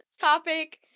topic